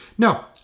No